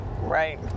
Right